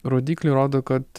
rodikliai rodo kad